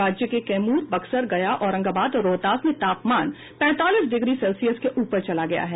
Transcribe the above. राज्य के कैमूर बक्सर गया औरंगाबाद और रोहतास में तापमान पैंतालीस डिग्री सेल्सियस के ऊपर चला गया है